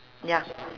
ya